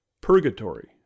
Purgatory